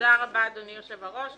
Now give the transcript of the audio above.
תודה רבה אדוני היושב ראש.